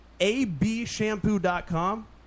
abshampoo.com